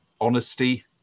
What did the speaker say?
honesty